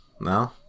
no